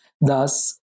Thus